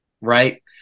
right